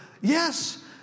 yes